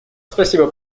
спасибо